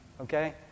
okay